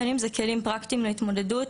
בין שזה כלים פרקטיים להתמודדות,